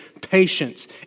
patience